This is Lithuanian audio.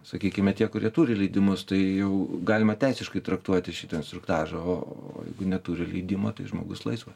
sakykime tie kurie turi leidimus tai jau galima teisiškai traktuoti šitą instruktažą o jeigu neturi leidimo tai žmogus laisvas